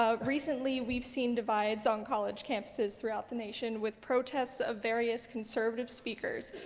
ah recently we've seen divides on college campuses throughout the nation with protests of various conservative speakers.